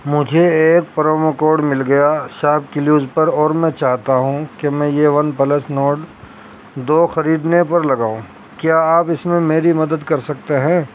مجھے ایک promo code مل گیا شاپ کلیوز پر اور میں چاہتا ہوں کہ میں یہ ون پلس نوڈ دو خریدنے پر لگاؤں کیا آپ اس میں میری مدد کر سکتے ہیں